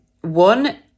One